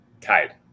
tied